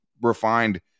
refined